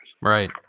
Right